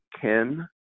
Ken